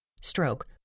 stroke